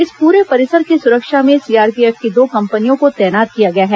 इस पूरे परिसर की सुरक्षा में सीआरपीएफ की दो कंपनियों को तैनात किया गया है